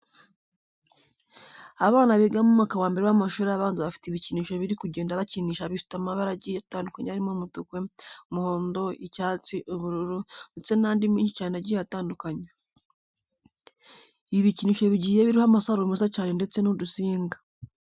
Abana biga mu mwaka wa mbere w'amashuri abanza bafite ibikinisho bari kugenda bakinisha bifite amabara agiye atandukanye arimo umutuku, umuhondo, icyatsi, ubururu ndetse n'andi menshi cyane agiye atandukanye. Ibi bikinisho bigiye biriho amasaro meza cyane ndetse n'udusinga.